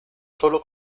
solo